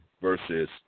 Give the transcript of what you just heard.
versus